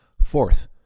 Fourth